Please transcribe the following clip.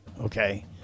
Okay